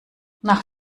nach